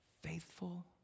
faithful